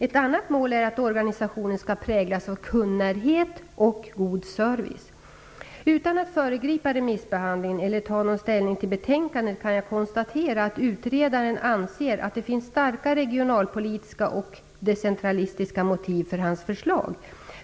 Ett annat mål är att organisationen skall präglas av kundnärhet och god service. Utan att föregripa remissbehandlingen eller ta någon ställning till betänkandet kan jag konstatera att utredaren anser att det finns starka regionalpolitiska och decentralistiska motiv för hans förslag.